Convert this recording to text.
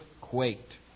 quaked